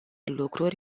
lucruri